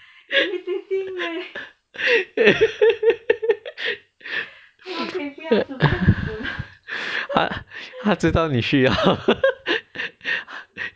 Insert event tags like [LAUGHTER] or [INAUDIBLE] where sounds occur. [LAUGHS]